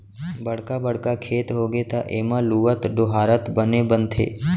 बड़का बड़का खेत होगे त एमा लुवत, डोहारत बने बनथे